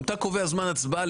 אם אתה קובע זמן הצבעה,